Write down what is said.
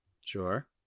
Sure